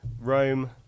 Rome